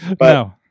No